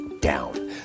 down